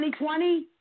2020